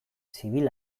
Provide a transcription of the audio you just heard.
zibil